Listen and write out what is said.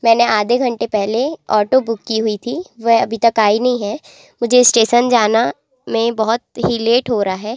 मैंने आधे घंटे पहले ऑटो बुक की हुई थी वह अभी तक आई नहीं है मुझे इस्टेसन जाने में बहुत ही लेट हो रहा है